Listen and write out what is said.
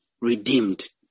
redeemed